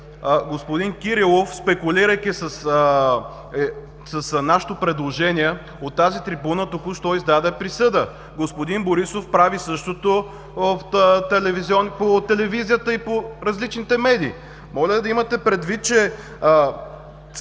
Господин Кирилов, спекулирайки с нашето предложение, от тази трибуна току-що издаде присъда. Господин Борисов прави същото по телевизията и по различните медии. Моля да имате предвид, че